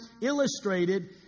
illustrated